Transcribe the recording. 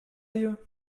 you